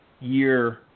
year